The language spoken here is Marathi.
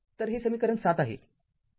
तर हे समीकरण ७ आहे